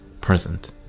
present